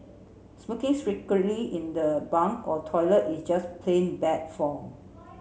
smoking secretly in the bunk or toilet is just plain bad form